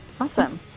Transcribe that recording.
Awesome